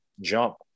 jump